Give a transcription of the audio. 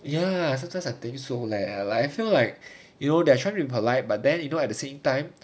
ya sometimes I think so leh like I feel like you know they're trying to polite but then you know at the same time